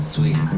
Sweet